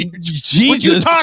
Jesus